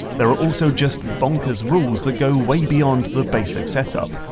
there are also just bonkers rules that go way beyond the basic set-up.